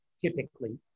typically